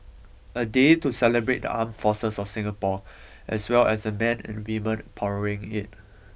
a day to celebrate the armed forces of Singapore as well as the men and women powering it